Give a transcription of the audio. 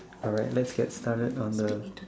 alright let's get started on the